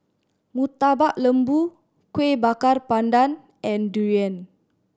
Murtabak Lembu Kueh Bakar Pandan and durian